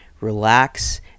relax